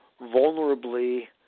vulnerably